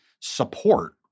support